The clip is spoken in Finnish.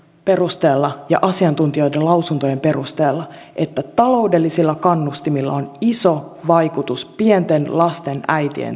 ja asiantuntijoiden lausuntojen perusteella että taloudellisilla kannustimilla on iso vaikutus pienten lasten äitien